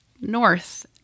north